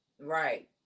Right